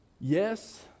Yes